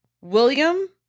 William